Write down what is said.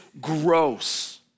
gross